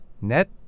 net